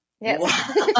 Yes